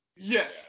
Yes